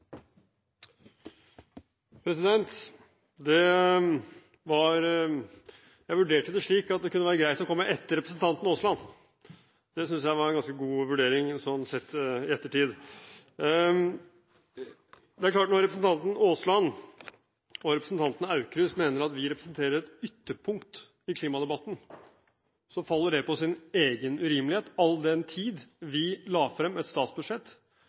Jeg vurderte det slik at det kunne være greit å komme etter representanten Aasland. Det synes jeg var en ganske god vurdering, sånn sett i ettertid. Det er klart at når representanten Aasland og representanten Aukrust mener at vi representerer et ytterpunkt i klimadebatten, faller det på sin egen urimelighet, all den tid vi la frem et statsbudsjett